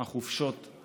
החופשות,